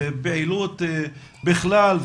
פעילות בכלל,